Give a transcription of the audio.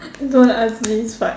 don't ask me this part